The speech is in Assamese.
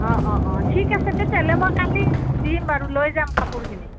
অঁ অঁ অঁ ঠিক আছে তেতিয়াহ'লে মই কালি দিম বাৰু লৈ যাম কাপোৰখিনি